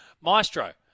Maestro